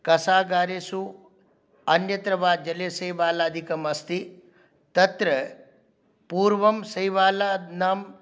कासागारेषु अन्यत्र वा जले शैवालादिकम् अस्ति तत्र पूर्वं शैवालानां